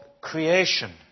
creation